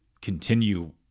continue